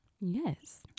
yes